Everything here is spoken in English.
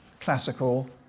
classical